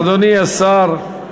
אדוני השר.